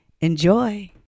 enjoy